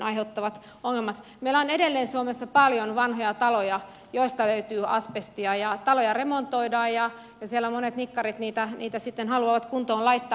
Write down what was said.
meillä on edelleen suomessa paljon vanhoja taloja joista löytyy asbestia ja taloja remontoidaan ja monet nikkarit niitä haluavat kuntoon laittaa